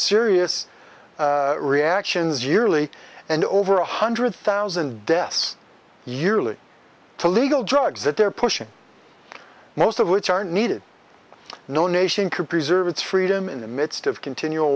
serious reactions yearly and over one hundred thousand deaths yearly to legal drugs that they're pushing most of which are needed no nation could preserve its freedom in the midst of continual